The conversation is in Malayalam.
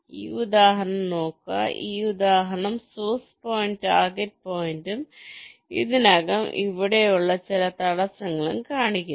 ഈ ഉദാഹരണം നോക്കുക ഈ ഉദാഹരണം സോഴ്സ് പോയിന്റ് ടാർഗെറ്റ് പോയിന്റും ഇതിനകം അവിടെയുള്ള ചില തടസ്സങ്ങളും കാണിക്കുന്നു